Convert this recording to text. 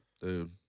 Dude